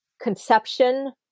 conception